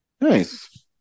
nice